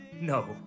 No